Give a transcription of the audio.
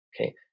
okay